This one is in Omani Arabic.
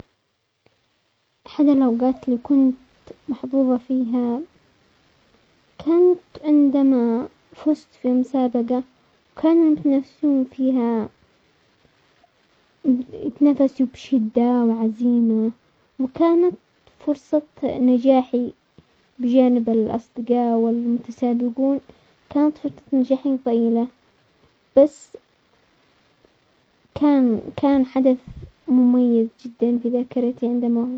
احد الاوقات اللي كنت محظوظة فيها كانت عندما فزت في مسابقة، وكانوا يتنافسون فيها يتنفسوا بشدة وعزيمة، وكانت فرصة نجاحي بجانب الاصدقاء والمتسابقون، كانت فرصة نجاحي ضئيلة بس كان كان حدث مميز جدا في ذاكرتي عندما فزت.